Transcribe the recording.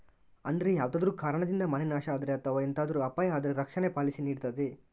ಅಂದ್ರೆ ಯಾವ್ದಾದ್ರೂ ಕಾರಣದಿಂದ ಮನೆ ನಾಶ ಆದ್ರೆ ಅಥವಾ ಎಂತಾದ್ರೂ ಅಪಾಯ ಆದ್ರೆ ರಕ್ಷಣೆ ಪಾಲಿಸಿ ನೀಡ್ತದೆ